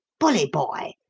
bully boy!